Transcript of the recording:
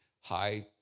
high